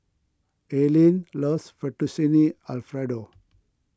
Alene loves Fettuccine Alfredo